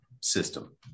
system